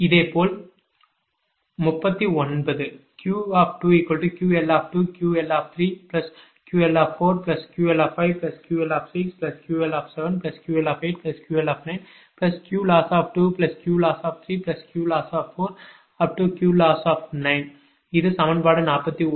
இதேபோல் 39 Q2QL2QL3QL4QL5QL6QL7QL8QL9Qloss2Qloss3Qloss4Qloss இது சமன்பாடு 41